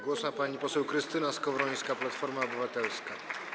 Głos ma pani poseł Krystyna Skowrońska, Platforma Obywatelska.